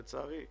לצערי,